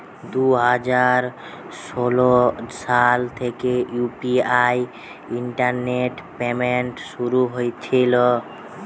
দুই হাজার ষোলো সাল থেকে ইউ.পি.আই ইন্টারনেট পেমেন্ট শুরু হয়েছিল